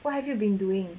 what have you been doing